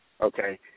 Okay